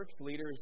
leaders